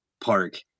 park